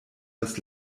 das